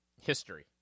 History